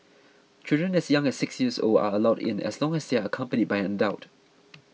children as young as six years old are allowed in as long as they are accompanied by an adult